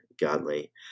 godly